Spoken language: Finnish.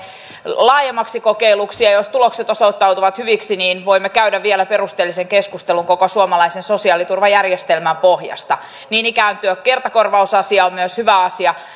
laajemmaksi kokeiluksi ja ja jos tulokset osoittautuvat hyviksi niin voimme käydä vielä perusteellisen keskustelun koko suomalaisen sosiaaliturvajärjestelmän pohjasta niin ikään tuo kertakorvausasia on myös hyvä asia